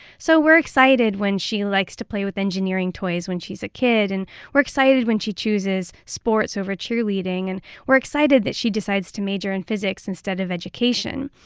so we're excited when she likes to play with engineering toys when she's a kid. and we're excited when she chooses sports over cheerleading. and we're excited that she decides to major in physics instead of education.